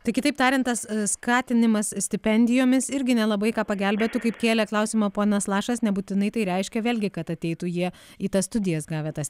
tai kitaip tariant tas skatinimas stipendijomis irgi nelabai ką pagelbėtų kaip kėlė klausimą ponas lašas nebūtinai tai reiškia vėlgi kad ateitų jie į tas studijas gavę tas